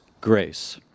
grace